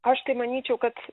aš tai manyčiau kad